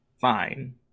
fine